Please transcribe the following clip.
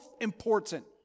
important